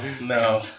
no